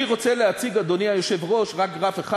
אני רוצה להציג, אדוני, היושב-ראש רק גרף אחד.